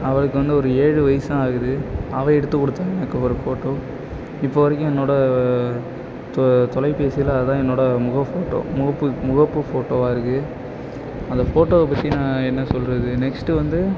அவளுக்கு வந்து ஒரு ஏழு வயது தான் ஆகுது அவள் எடுத்து கொடுத்தா எனக்கு ஒரு ஃபோட்டோ இப்போ வரைக்கும் என்னோடய தொ தொலைபேசியில் அதுதான் என்னோடய முக ஃபோட்டோ முகப்பு முகப்பு ஃபோட்டோவாக இருக்குது அந்த ஃபோட்டோவை பற்றி நான் என்ன சொல்கிறது நெக்ஸ்ட்டு வந்து